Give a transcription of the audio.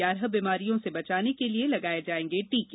ग्यारह बीमारियों से बचाने के लिये लगाये जाएंगे टीके